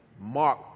mark